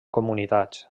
comunitats